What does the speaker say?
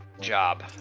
job